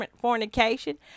fornication